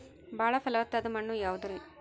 ಬಾಳ ಫಲವತ್ತಾದ ಮಣ್ಣು ಯಾವುದರಿ?